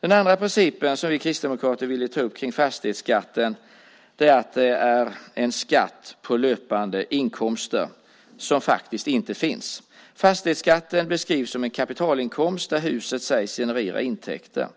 Den andra principen som vi kristdemokrater ville ta upp kring fastighetsskatten gäller att det är en skatt på löpande inkomster som faktiskt inte finns. Fastighetsskatten beskrivs som en kapitalinkomst där huset sägs generera intäkter.